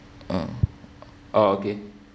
uh oh okay